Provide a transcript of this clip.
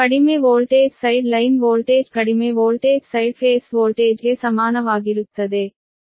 ಕಡಿಮೆ voltage side line voltage ಕಡಿಮೆ voltage side phase ವೋಲ್ಟೇಜ್ಗೆ ಸಮಾನವಾಗಿರುತ್ತದೆ